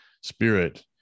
spirit